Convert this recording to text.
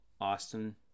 Austin